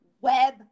web